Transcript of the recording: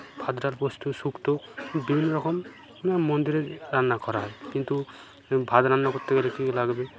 ভাত ডাল পোস্ত শুক্তো বিভিন্ন রকম মন্দিরের রান্না করা হয় কিন্তু ভাত রান্না করতে গেলে কি লাগবে